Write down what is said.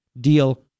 deal